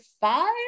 five